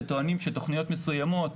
וטוענים שתוכניות מסוימות,